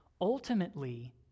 ultimately